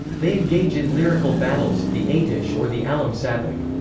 they engage in lyrical battles, the aitysh or the alym sabak.